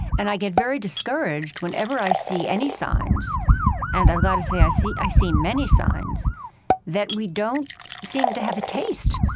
and i get very discouraged whenever i see any signs and i've got to say i see i see many signs that we don't seem to have a taste